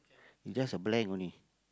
just blank only